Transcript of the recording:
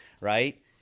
right